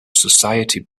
society